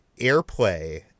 airplay